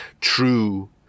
true